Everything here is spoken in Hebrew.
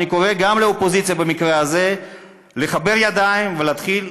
ואני קורא גם לאופוזיציה במקרה הזה לשלב ידיים ולהתחיל